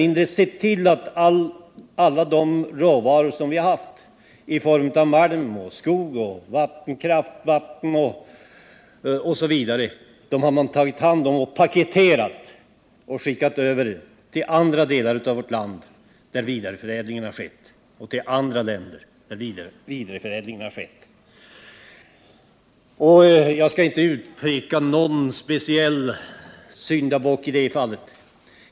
Norrbottens råvaror i form av malm, skog, vattenkraft osv. har man helt enkelt paketerat och skickat till andra delar av vårt land eller till andra länder, där vidareförädlingen har skett. Jag skall inte här utpeka någon speciell syndabock.